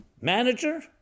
manager